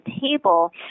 table